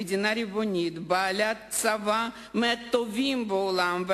מדינה ריבונית בעלת צבא מהטובים בעולם.